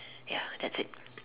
ya that's it